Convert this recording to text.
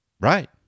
right